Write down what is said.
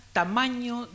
tamaño